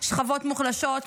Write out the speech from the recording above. שכבות מוחלשות,